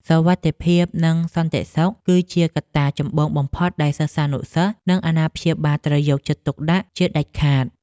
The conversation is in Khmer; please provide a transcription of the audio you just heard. សុវត្ថិភាពនិងសន្តិសុខ គឺជាកត្តាចម្បងបំផុតដែលសិស្សានុសិស្សនិងអាណាព្យាបាលត្រូវយកចិត្តទុកដាក់ជាដាច់ខាត។